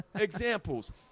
Examples